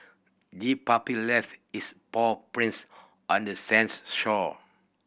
the puppy left its paw prints on the sands shore